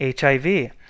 HIV